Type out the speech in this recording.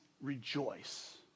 rejoice